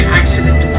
accident